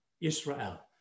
Israel